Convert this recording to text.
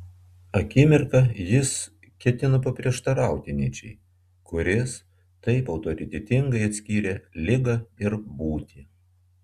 akimirką jis ketino paprieštarauti nyčei kuris taip autoritetingai atskyrė ligą ir būtį